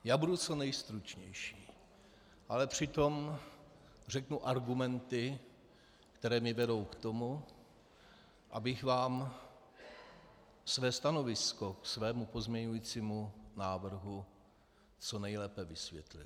Já budu co nejstručnější, ale přitom řeknu argumenty, které mě vedou k tomu, abych vám své stanovisko ke svému pozměňovacímu návrhu co nejlépe vysvětlil.